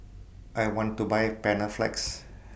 I want to Buy Panaflex